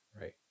Right